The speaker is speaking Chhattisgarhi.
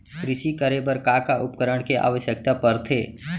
कृषि करे बर का का उपकरण के आवश्यकता परथे?